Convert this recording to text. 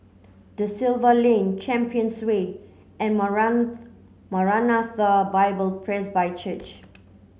Da Silva Lane Champions Way and Maranatha Bible Presby Church